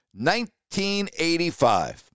1985